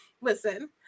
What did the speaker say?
Listen